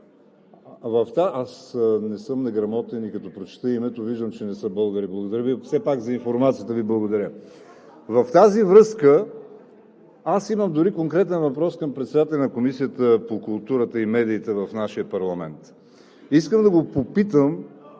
Аз не съм неграмотен и като прочета името, виждам, че не са българи. Все пак за информацията Ви благодаря. В тази връзка имам дори конкретен въпрос към председателя на Комисията по културата и медиите в нашия парламент. Искам да го попитам: